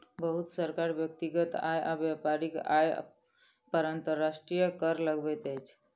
बहुत सरकार व्यक्तिगत आय आ व्यापारिक आय पर अंतर्राष्ट्रीय कर लगबैत अछि